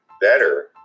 better